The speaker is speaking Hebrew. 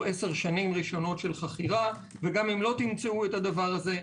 עשר שנים ראשונות של חכירה וגם אם לא תמצאו את הדבר הזה,